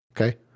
Okay